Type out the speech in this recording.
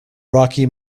rocky